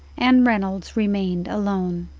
and reynolds remained alone.